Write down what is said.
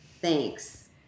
Thanks